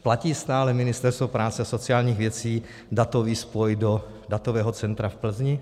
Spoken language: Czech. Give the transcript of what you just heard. Platí stále Ministerstvo práce a sociálních věcí datový spoj do datového centra v Plzni?